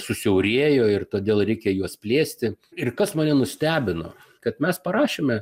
susiaurėjo ir todėl reikia juos plėsti ir kas mane nustebino kad mes parašėme